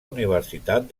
universitat